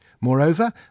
Moreover